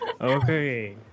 Okay